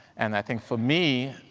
and i think for me,